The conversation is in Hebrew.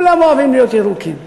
כולם אוהבים להיות ירוקים.